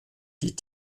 die